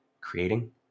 creating